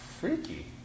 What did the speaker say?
freaky